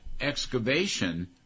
excavation